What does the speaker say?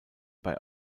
bei